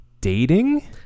dating